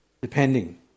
depending